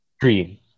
Green